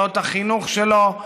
לא את החינוך שלו,